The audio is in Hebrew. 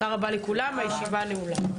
תודה רבה לכולם, הישיבה נעולה.